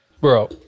Bro